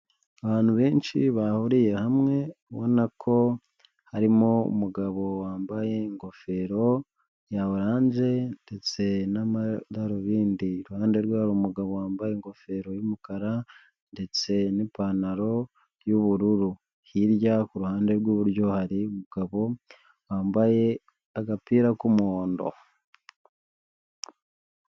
Abantu benshi bahuriye hamwe ubona ko harimo umugabo wambaye ingofero ya oranje ndetse n'amadarubindi iruhande rwe, hari umugabo wambaye ingofero y'umukara ndetse n'ipantaro y'ubururu. Hirya ku ruhande rw'iburyo, hari umugabo wambaye agapira k'umuhondo.